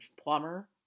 plumber